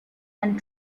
and